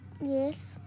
Yes